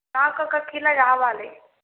నాకు ఒక కిలో కావాలి